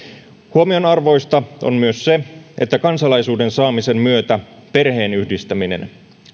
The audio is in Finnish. huomionarvoista on myös se että kansalaisuuden saamisen myötä perheenyhdistäminen